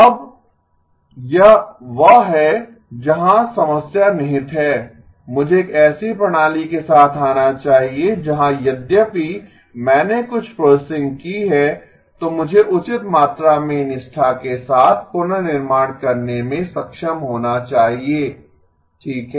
अब यह वह है जहां समस्या निहित है मुझे एक ऐसी प्रणाली के साथ आना चाहिए जहां यद्यपि मैंने कुछ प्रोसेसिंग की है तो मुझे उचित मात्रा में निष्ठा के साथ पुनर्निर्माण करने में सक्षम होना चाहिए ठीक है